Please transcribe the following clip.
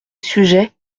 sujets